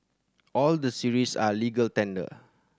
all the series are legal tender